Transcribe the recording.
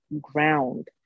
ground